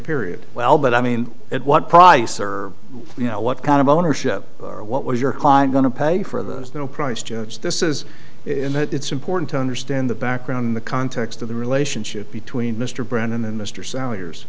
period well but i mean at what price or you know what kind of ownership or what was your client going to pay for those no price judge this is in that it's important to understand the background the context of the relationship between mr brennan and mr s